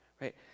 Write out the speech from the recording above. Right